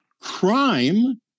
crime